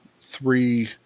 three